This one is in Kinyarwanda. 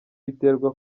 bitwereka